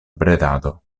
bredado